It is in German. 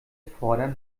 fordern